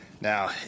Now